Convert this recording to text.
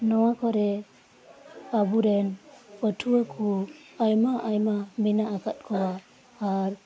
ᱱᱚᱶᱟ ᱠᱚᱨᱮ ᱟᱵᱚᱨᱮᱱ ᱯᱟᱹᱴᱷᱣᱟᱹ ᱠᱚ ᱟᱭᱢᱟ ᱟᱭᱢᱟ ᱢᱮᱱᱟᱜ ᱟᱠᱟᱫ ᱠᱚᱣᱟ ᱟᱨ